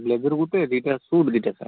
blazer ଗୁଟେ ଦୁଇଟା suit ଦୁଇଟା ସାର୍ଟ